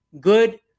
good